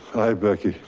hi, becky